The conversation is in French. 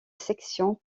section